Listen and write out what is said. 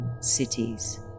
cities